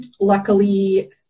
Luckily